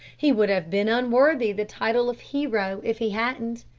he would have been unworthy the title of hero if he hadn't.